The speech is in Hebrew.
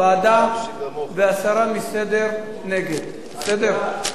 ועדה, והסרה מסדר נגד, בסדר?